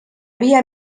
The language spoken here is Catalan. via